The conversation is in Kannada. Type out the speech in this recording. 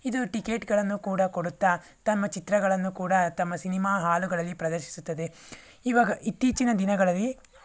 ಇದು ಟಿಕೆಟ್ಗಳನ್ನು ಕೂಡ ಕೊಡುತ್ತಾ ತಮ್ಮ ಚಿತ್ರಗಳನ್ನು ಕೂಡ ತಮ್ಮ ಸಿನಿಮಾ ಹಾಲುಗಳಲ್ಲಿ ಪ್ರದರ್ಶಿಸುತ್ತದೆ ಇವಾಗ ಇತ್ತೀಚಿನ ದಿನಗಳಲ್ಲಿ